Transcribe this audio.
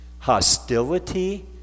hostility